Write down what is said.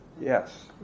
yes